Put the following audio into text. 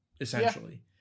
essentially